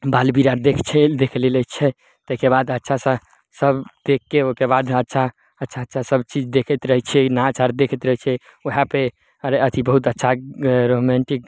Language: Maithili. बालबीर आर देखै छै देख लेले छियै ताहिके बाद अच्छा सा सब देखके ओहिके बाद अच्छा अच्छा सब चीज देखैत रहै छियै नाँच आर देखैत रहै छियै उएह पे अरे अथी बहुत अच्छा रोमैंटिक